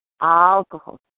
alcohol